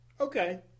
Okay